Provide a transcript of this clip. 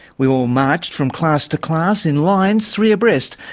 we all marched from class to class in lines three abreast,